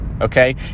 okay